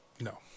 No